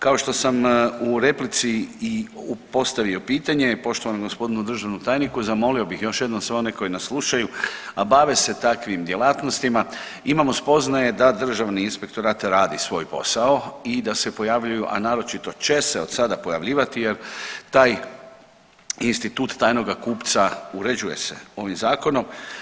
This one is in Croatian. Kao što sam u replici postavio pitanje poštovanom g. državnom tajniku zamolio bih još jednom sve one koji nas slušaju, a bave se takvim djelatnostima imamo spoznaje da Državni inspektorat radi svoj posao i da se pojavljuju, a naročito će se od sada pojavljivati jer taj institut tajnoga kupca uređuje se ovim zakonom.